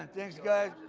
thank you guys,